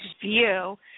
view